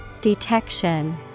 Detection